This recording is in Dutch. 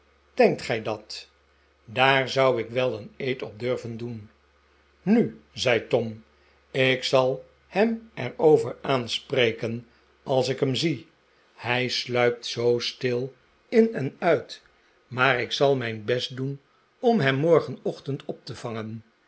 denkt gij dat daar zou ik wel een eed op durven doen nu zei tom ik zal hem er over aanspreken als ik hem zie hij sluipt zoo stil in en uit maar ik zal mijn best doen om hem morgenochtend op te vangen